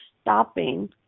stopping